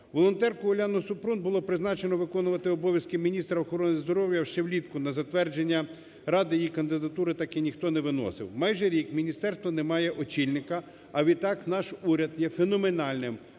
Волонтерку Уляну Супрун було призначено виконувати обов'язки міністра охорони здоров'я ще влітку, на затвердження ради її кандидатури так ніхто не виносив. Майже рік міністерство не має очільника, а відтак наш уряд є феноменальним